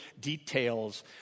details